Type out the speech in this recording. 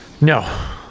No